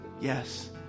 yes